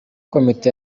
komite